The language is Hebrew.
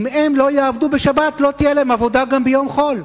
שאם הם לא יעבדו בשבת לא תהיה להם עבודה גם ביום חול.